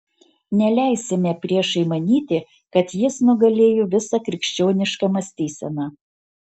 neleisime priešui manyti kad jis nugalėjo visą krikščionišką mąstyseną